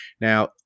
Now